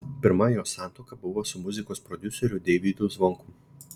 pirma jos santuoka buvo su muzikos prodiuseriu deivydu zvonkum